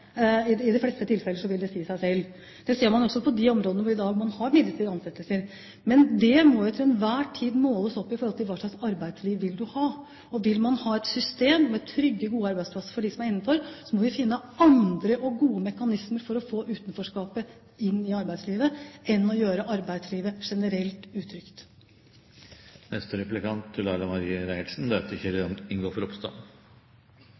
ser man også på de områdene der man i dag har midlertidige ansettelser. Men det må jo til enhver tid måles opp mot hva slags arbeidsliv man vil ha. Vil man ha et system med trygge og gode arbeidsplasser for dem som er innenfor, må vi finne andre og gode mekanismer for å få utenforskapet inn i arbeidslivet, enn å gjøre arbeidslivet generelt